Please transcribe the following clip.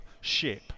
ship